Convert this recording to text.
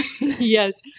Yes